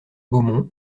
beaumont